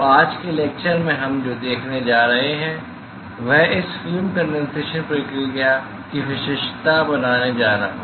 तो आज के लेक्चर में हम जो देखने जा रहे हैं वह इस फिल्म कंडेनसेशन प्रक्रिया की विशेषता बताने जा रहा है